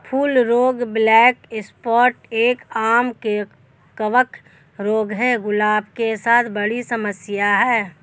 फूल रोग black spot एक, आम कवक रोग है, गुलाब के साथ बड़ी समस्या है